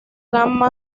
gamma